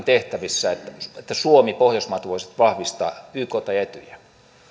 tehtävissä että suomi pohjoismaat voisivat vahvistaa ykta ja etyjiä